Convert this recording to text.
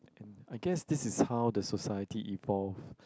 I guess this is how the society evolve